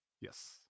Yes